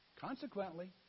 Consequently